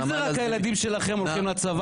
מי זה רק הילדים שלכם הולכים לצבא?